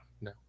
No